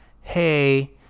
hey